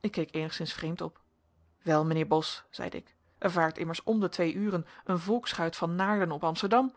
ik keek eenigszins vreemd op wel mijnheer bos zeide ik er vaart immers om de twee uren een volksschuit van naarden op amsterdam